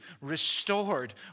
restored